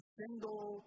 single